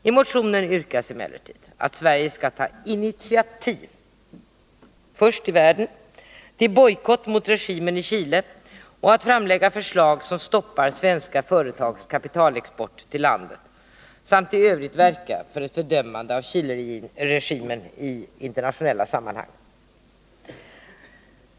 I motionen yrkas emellertid att Sverige först i världen skall ta initiativ till bojkott mot regimen i Chile och Nr 28 framlägga förslag som stoppar svenska företags kapitalexport till landet samt Onsdagen den i övrigt verka för ett fördömande av Chileregimen i internationella 19 november 1980 sammanhang.